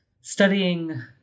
studying